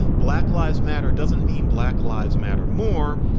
black lives matter. doesn't mean black lives matter more.